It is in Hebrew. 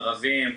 ערבים,